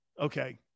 okay